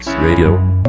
Radio